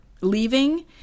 leaving